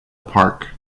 park